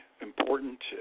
important